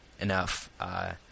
enough